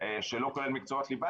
שלא כולל מקצועות ליבה,